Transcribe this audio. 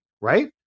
right